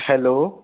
hello